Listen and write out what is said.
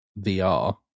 VR